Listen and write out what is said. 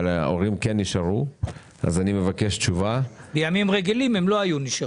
וההורים נשארו בבית עם הילדים.